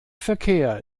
verkehr